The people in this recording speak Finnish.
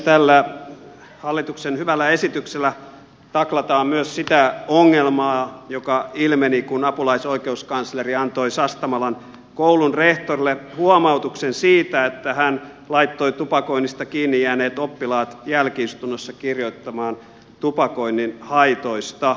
tällä hallituksen hyvällä esityksellä taklataan myös sitä ongelmaa joka ilmeni kun apulaisoikeuskansleri antoi sastamalan koulun rehtorille huomautuksen siitä että tämä laittoi tupakoinnista kiinni jääneet oppilaat jälki istunnossa kirjoittamaan tupakoinnin haitoista